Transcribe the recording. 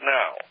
now